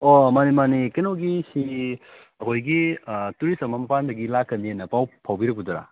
ꯑꯣ ꯃꯥꯟꯅꯤ ꯃꯥꯟꯅꯤ ꯀꯩꯅꯣꯒꯤꯁꯤ ꯑꯩꯈꯣꯏꯒꯤ ꯇꯨꯔꯤꯁ ꯑꯃ ꯃꯄꯥꯟꯗꯒꯤ ꯂꯥꯛꯀꯅꯤꯅ ꯄꯥꯎ ꯐꯥꯎꯕꯤꯔꯛꯄꯗꯨꯔꯥ